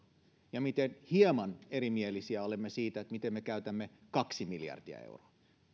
ja miten hieman erimielisiä olemme siitä miten me käytämme kaksi miljardia euroa